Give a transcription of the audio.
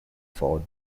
four